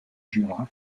jura